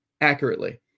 accurately